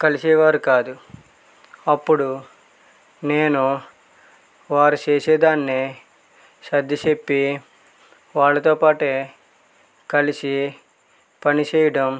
కలిసేవారు కాదు అప్పుడు నేను వారు చేసేదాన్నే సర్దిచెప్పి వాళ్ళతో పాటే కలిసి పనిచేయడం